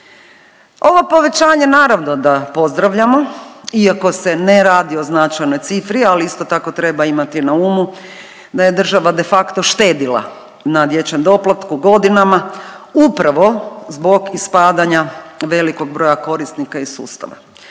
Ovo povećanje naravno da pozdravljamo, iako se ne radi o značajno cifri, ali isto tako treba imati na umu da je država de facto štedila na dječjem doplatku godinama upravo zbog ispadanja velikog broja korisnika iz sustava.